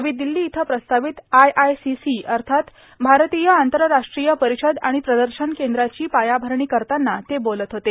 नवी दिल्ली इथं प्रस्तावित आयआयसीसी अर्थात भारतीय आंतरराष्ट्रीय परिषद आणि प्रदर्शन केंद्राची पायाभरणी करताना ते बोलत होते